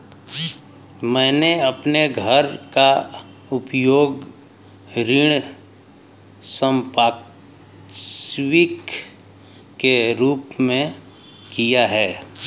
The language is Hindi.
मैंने अपने घर का उपयोग ऋण संपार्श्विक के रूप में किया है